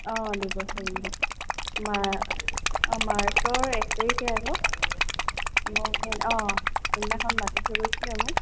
অঁ দিব মাৰ অঁ মাৰ্চৰ এক তাৰিখে আকৌ অহ সেইদিনাখন মাতি থৈ গৈছিলে মোক